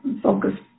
focus